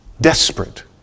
desperate